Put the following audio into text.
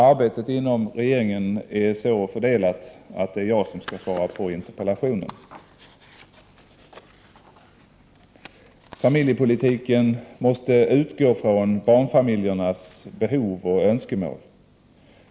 Arbetet inom regeringen är så fördelat att det är jag som skall svara på interpellationen. Familjepolitiken måste utgå från barnfamiljernas behov och önskemål.